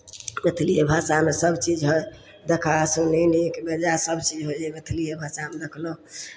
मैथिलिए भाषामे सभचीज हइ देखा सुनी नीक बेजाय सभचीज होइ हइ मैथिलिए भाषामे देखलहुँ